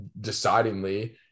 decidingly